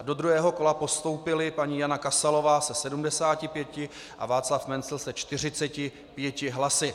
Do druhého kola postoupili paní Jana Kasalová se 75 a Václav Mencl se 45 hlasy.